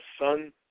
son